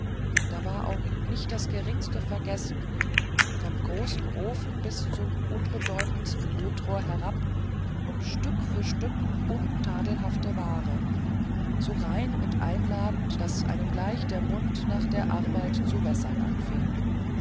da war auch nicht das geringste vergessen vom großen ofen bis zum unbedeutendsten lötrohr herab und stück für stück untadelhafte ware so rein und einladend daß einem gleich der mund nach der arbeit zu wässern anfing